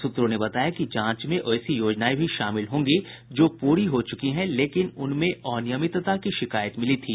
सूत्रों ने बताया कि जांच में वैसी योजनाएं भी शामिल होंगी जो पूरी हो चुकी है लेकिन उनमें अनियमितता की शिकायत मिली थी